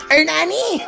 Ernani